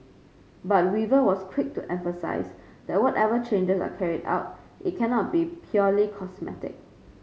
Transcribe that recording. but Weaver was quick to emphasise that whatever changes are carried out it cannot be purely cosmetic